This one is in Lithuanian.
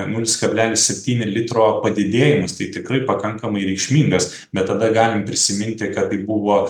nulis kablelis septyni litro padidėjimas tai tikrai pakankamai reikšmingas bet tada galim prisiminti kad tai buvo